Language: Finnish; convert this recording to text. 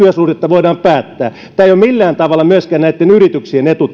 työsuhde voidaan päättää tämä tämmöinen epävarmuustilanne ei ole millään tavalla myöskään näitten yrityksien etu